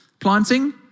Planting